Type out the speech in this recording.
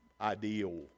ideal